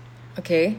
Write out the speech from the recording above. okay